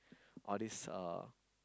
all these uh